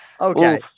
Okay